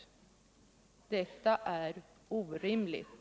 Det är orimligt.”